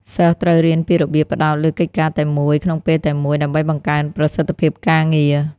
សិស្សត្រូវរៀនពីរបៀបផ្តោតលើកិច្ចការតែមួយក្នុងពេលតែមួយដើម្បីបង្កើនប្រសិទ្ធភាពការងារ។